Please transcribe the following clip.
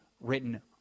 written